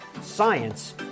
science